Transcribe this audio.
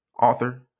author